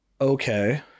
okay